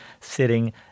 sitting